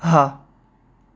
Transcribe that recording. હા